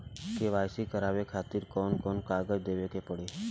KYC करवावे खातिर कौन कौन कागजात देवे के पड़ी?